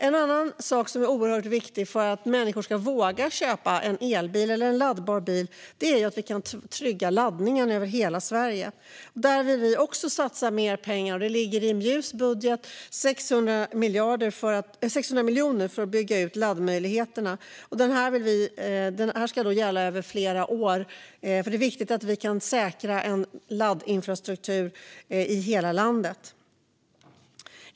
En annan sak som är oerhört viktig för att människor ska våga köpa en elbil eller en laddbar bil är att laddningen kan tryggas över hela Sverige. Där vill vi satsa mer pengar. I MJU:s budget ligger 600 miljoner för att bygga ut laddmöjligheterna. Denna satsning ska gälla över flera år, för det är viktigt att laddinfrastrukturen kan säkras i hela landet.